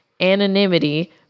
anonymity